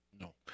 No